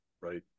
right